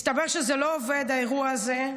מסתבר שזה לא עובד, האירוע הזה,